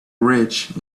rich